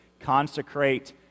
consecrate